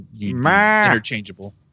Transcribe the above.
interchangeable